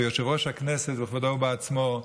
ויושב-ראש הכנסת בכבודו ובעצמו,